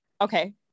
okay